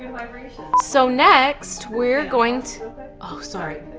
so next we're going to oh sorry,